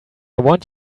want